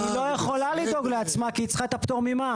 היא לא יכולה לדאוג לעצמה כי היא צריכה את הפטור ממע"מ.